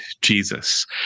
Jesus